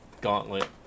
Gauntlet